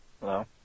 Hello